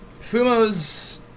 fumos